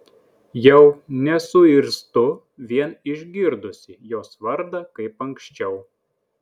jau nesuirztu vien išgirdusi jos vardą kaip anksčiau